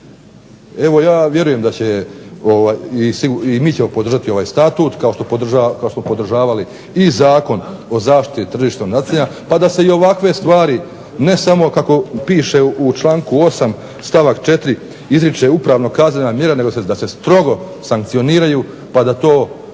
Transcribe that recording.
Evo, ja vjerujem da će, i mi ćemo podržati ovaj Statut kao što smo podržavali i Zakon o zaštiti tržišnog natjecanja pa da se i ovakve stvari ne samo kako piše u članku 8. stavak 4. izriče upravno-kaznena mjera nego da se strogo sankcioniraju pa da to napokon